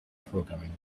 programming